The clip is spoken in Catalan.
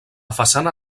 façana